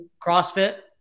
CrossFit